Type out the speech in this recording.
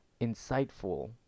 insightful